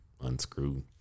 unscrew